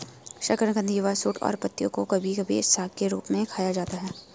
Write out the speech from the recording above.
शकरकंद युवा शूट और पत्तियों को कभी कभी साग के रूप में खाया जाता है